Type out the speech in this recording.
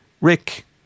Rick